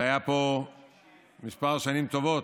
שהיה פה כמה שנים טובות,